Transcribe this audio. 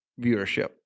viewership